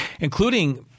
including